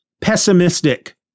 pessimistic